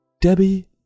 debbie